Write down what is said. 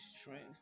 strength